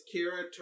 Kira